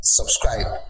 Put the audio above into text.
subscribe